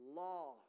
law